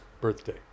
birthday